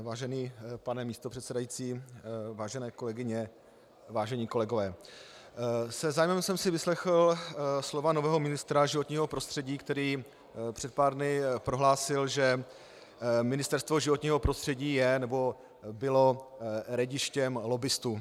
Vážený pane místopředsedo, vážené kolegyně, vážení kolegové, se zájmem jsem si vyslechl slova nového ministra životního prostředí, který před pár dny prohlásil, že Ministerstvo životního prostředí je nebo bylo rejdištěm lobbistů.